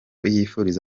yifuriza